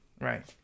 Right